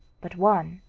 but one,